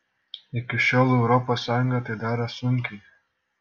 iki šiol europos sąjunga tai darė sunkiai